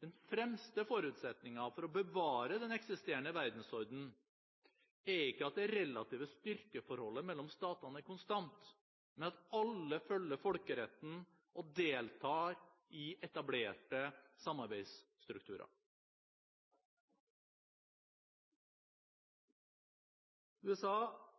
Den fremste forutsetningen for å bevare den eksisterende verdensordenen er ikke at det relative styrkeforholdet mellom statene er konstant, men at alle følger folkeretten og deltar i etablerte